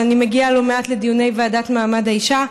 אבל אני מגיעה לא מעט לדיוני הוועדה למעמד האישה,